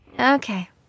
Okay